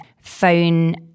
phone